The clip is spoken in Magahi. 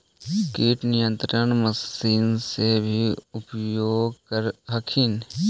किट नियन्त्रण मशिन से भी उपयोग कर हखिन?